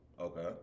Okay